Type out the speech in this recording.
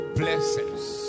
blessings